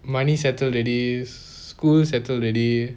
money settled already school settle already